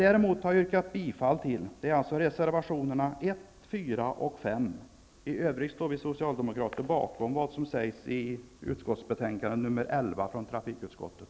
Däremot har jag alltså yrkat bifall till reservationerna 1, 4 och 5. I övrigt står vi socialdemokrater bakom vad som sägs i betänkande nr 11 från trafikutskottet.